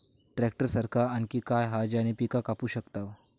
Tractor सारखा आणि काय हा ज्याने पीका कापू शकताव?